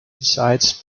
besides